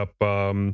up